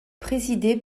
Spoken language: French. présidée